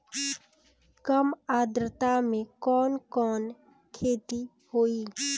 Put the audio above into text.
कम आद्रता में कवन कवन खेती होई?